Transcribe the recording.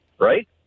right